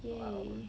!yay!